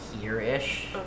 here-ish